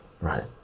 right